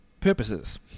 purposes